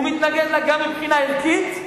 הוא מתנגד לה גם מבחינה ערכית,